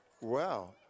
Wow